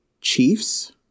Chiefs